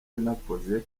yanakoze